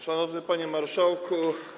Szanowny Panie Marszałku!